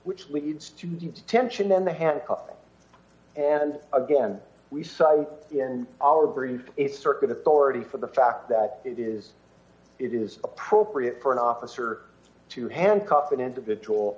which leads to detention then the handcuffs and again we see in our brief it's circuit authority for the fact that it is it is appropriate for an officer to handcuff an individual